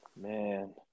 Man